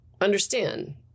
understand